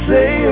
Say